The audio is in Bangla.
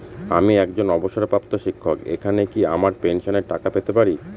আমি একজন অবসরপ্রাপ্ত শিক্ষক এখানে কি আমার পেনশনের টাকা পেতে পারি?